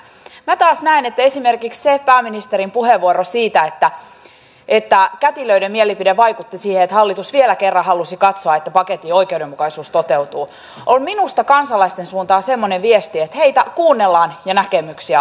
minä taas näen että esimerkiksi se pääministerin puheenvuoro siitä että kätilöiden mielipide vaikutti siihen että hallitus vielä kerran halusi katsoa että paketin oikeudenmukaisuus toteutuu on kansalaisten suuntaan semmoinen viesti että heitä kuunnellaan ja näkemyksiä arvostetaan